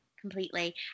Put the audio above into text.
completely